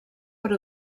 per